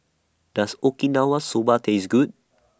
Does Okinawa Soba Taste Good